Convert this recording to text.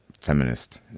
feminist